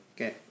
Okay